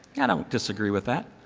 i don't disagree with that.